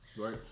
Right